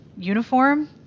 uniform